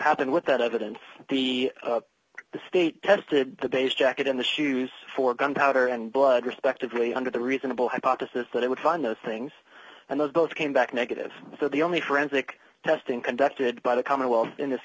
happened what that evidence the the state tested the base jacket in the shoes for gunpowder and blood respectively under the reasonable hypothesis that it would find nothing and the boat came back negative so the only forensic testing conducted by the commonwealth in this